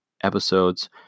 episodes